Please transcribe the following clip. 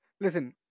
Listen